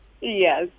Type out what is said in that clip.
Yes